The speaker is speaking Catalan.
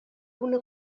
una